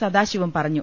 സദാശിവം പറഞ്ഞു